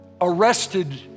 arrested